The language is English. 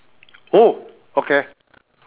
oh okay